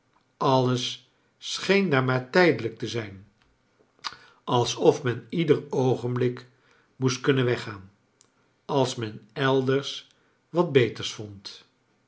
alles scheen daar maar tijdelijk te zijn alsof men ieder oogenblik moest kunnen weggaan als men elders wat deters vond